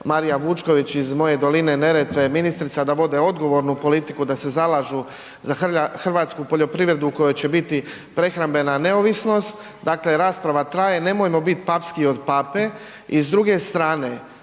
Marija Vučković iz moje doline Neretve da vode odgovornu politiku da se zalažu za hrvatsku poljoprivredu u kojoj će biti prehrambena neovisnost. Dakle, rasprava traje nemojmo biti papskiji od pape i s druge strane